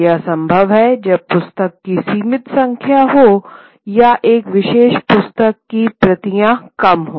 यह संभव है जब पुस्तकों की सीमित संख्या हो या एक विशेष पुस्तक की प्रतियाँ कम हो